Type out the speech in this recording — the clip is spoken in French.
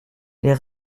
les